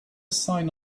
sign